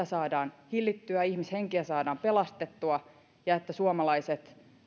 saadaan hillittyä ja ihmishenkiä saadaan pelastettua ja että suomalaiset